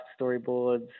storyboards